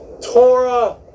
Torah